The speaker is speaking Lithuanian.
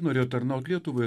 norėjo tarnaut lietuvai